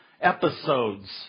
episodes